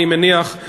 אני מניח,